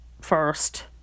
first